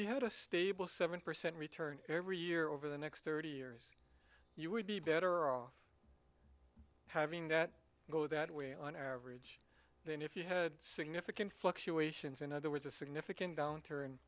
you had a stable seven percent return every year over the next thirty years you would be better off having that go that way on average than if you had significant fluctuations in other words a significant downturn